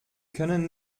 können